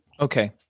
Okay